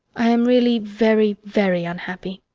i am really very, very unhappy.